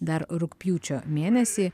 dar rugpjūčio mėnesį